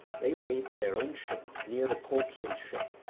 they laid their own ship near the colchian ship,